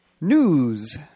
News